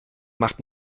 macht